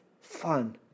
fun